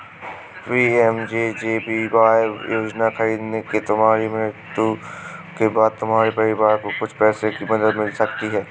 PMJJBY योजना खरीदने से तुम्हारी मृत्यु के बाद तुम्हारे परिवार को कुछ पैसों की मदद मिल सकती है